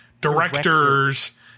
directors